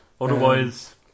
otherwise